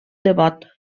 devot